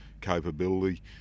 capability